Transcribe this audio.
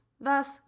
thus